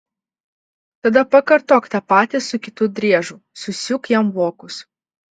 tada pakartok tą patį su kitu driežu susiūk jam vokus